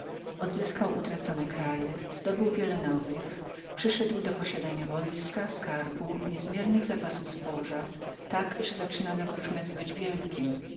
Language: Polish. odzyskał utracone kraje zdobył wiele nowych przyszedł do posiadania wojska skarbu niezmiernych zapasów zboża tak że zaczynano go już nazywać wielkim